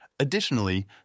Additionally